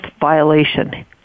violation